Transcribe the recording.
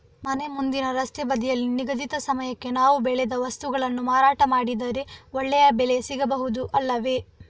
ಮನೆ ಮುಂದಿನ ರಸ್ತೆ ಬದಿಯಲ್ಲಿ ನಿಗದಿತ ಸಮಯಕ್ಕೆ ನಾವು ಬೆಳೆದ ವಸ್ತುಗಳನ್ನು ಮಾರಾಟ ಮಾಡಿದರೆ ಒಳ್ಳೆಯ ಬೆಲೆ ಸಿಗಬಹುದು ಅಲ್ಲವೇ?